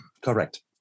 Correct